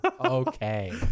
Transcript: Okay